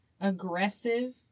aggressive